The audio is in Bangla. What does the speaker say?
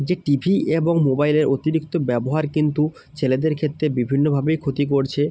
যে টিভি এবং মোবাইলের অতিরিক্ত ব্যবহার কিন্তু ছেলেদের ক্ষেত্রে বিভিন্নভাবেই ক্ষতি করছে